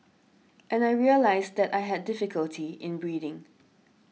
and I realised that I had difficulty in breathing